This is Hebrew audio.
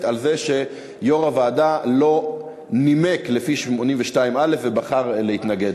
על זה שיושב-ראש לא נימק לפי 82(א) ובחר להתנגד